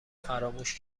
فراموش